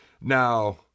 Now